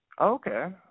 Okay